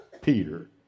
Peter